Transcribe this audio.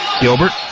Gilbert